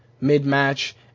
mid-match